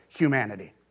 humanity